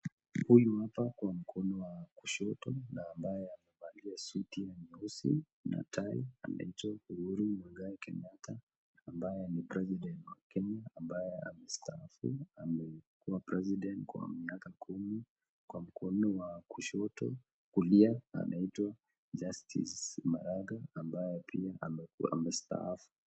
Huyu hapa kwa mkono wa kushoto, na ambaye amevalia suti ya nyeusi, na tai, anaitwa Uhuru Muigai Kenyatta, ambaye ni (cs)president(cs) wa Kenya, ambaye ame staafu, amekua (cs)presudent(cs) kwa miaka kumi, kwa mkono wa kushoto, kulia, anaitwa (cs)Justice(cs) Maraga, ambaye pia amekua amestaafu.